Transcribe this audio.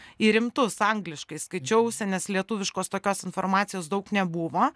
į rimtus angliškai skaičiausi nes lietuviškos tokios informacijos daug nebuvo